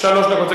שלוש דקות.